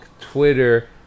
Twitter